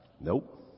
Nope